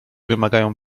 wymagają